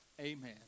Amen